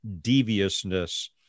deviousness